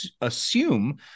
assume